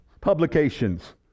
publications